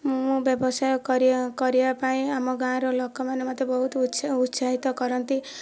ମୁଁ ବ୍ୟବସାୟ କରିବା କରିବା ପାଇଁ ଆମ ଗାଁର ଲୋକମାନେ ବହୁତ ଉତ୍ସାହିତ କରନ୍ତି